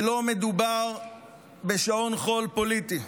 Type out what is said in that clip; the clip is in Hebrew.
ולא מדובר בשעון חול פוליטי,